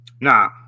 Nah